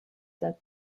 that